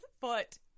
foot